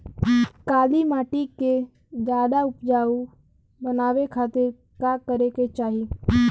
काली माटी के ज्यादा उपजाऊ बनावे खातिर का करे के चाही?